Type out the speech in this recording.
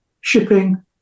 shipping